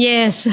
Yes